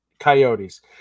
Coyotes